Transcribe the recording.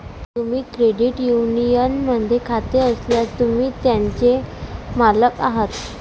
तुमचे क्रेडिट युनियनमध्ये खाते असल्यास, तुम्ही त्याचे मालक आहात